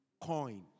coin